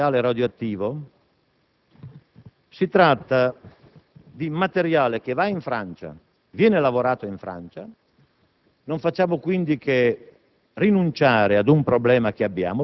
L'altro elemento negativo riguarda il materiale radioattivo. Si tratta di materiale che va in Francia e viene lavorato in Francia;